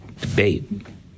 debate